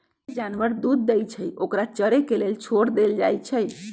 जे जानवर दूध देई छई ओकरा चरे के लेल छोर देल जाई छई